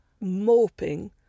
moping